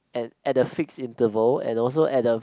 and and the fixed interval and also at the